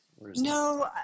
No